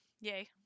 Yay